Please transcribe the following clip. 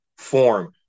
form